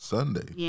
Sunday